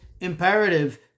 imperative